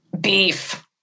beef